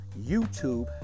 YouTube